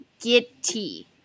giddy